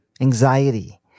anxiety